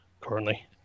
currently